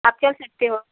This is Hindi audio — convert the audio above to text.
आप चल सकते हो